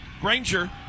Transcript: granger